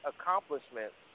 accomplishments